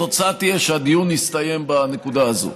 התוצאה תהיה שהדיון יסתיים בנקודה הזאת.